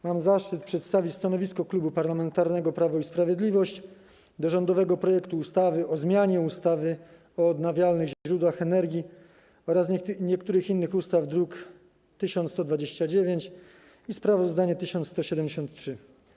Mam zaszczyt przedstawić stanowisko Klubu Parlamentarnego Prawo i Sprawiedliwość wobec rządowego projektu ustawy o zmianie ustawy o odnawialnych źródłach energii oraz niektórych innych ustaw, druk nr 1129, i sprawozdania, druk nr 1173.